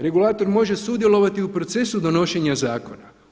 Regulator može sudjelovati u procesu donošenja zakona.